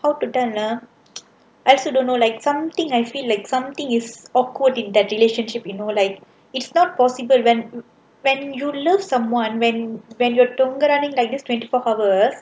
how to tall ah I also don't know like something I feel like something is awkward in that relationship you know like it's not possible when when you love someone when when you're தொங்கறாங்க மாதிரி:thongaraanga maathiri I guess twenty four hour